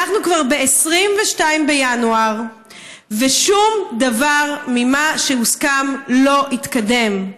אנחנו כבר ב-22 בינואר ושום דבר ממה שהוסכם לא התקדם.